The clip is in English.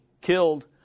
killed